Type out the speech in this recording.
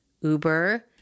Uber